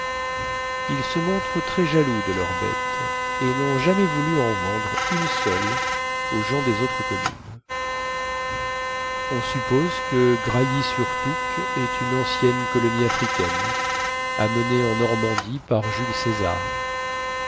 ils se montrent très jaloux de leurs bêtes et nont jamais voulu en vendre une seule aux gens des autres communes on suppose que grailly sur toucque est une ancienne colonie africaine amenée en normandie par jules césar